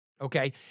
okay